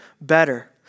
better